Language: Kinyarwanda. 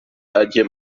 ajye